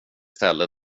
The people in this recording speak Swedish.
ställe